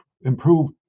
improve